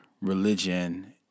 religion